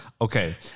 okay